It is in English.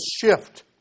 shift